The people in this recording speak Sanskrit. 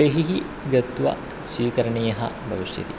बहिः गत्वा स्वीकरणीयः भविष्यति